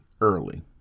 early